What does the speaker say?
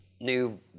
new